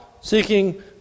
seeking